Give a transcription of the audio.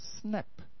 snap